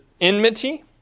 enmity